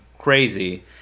Crazy